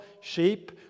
sheep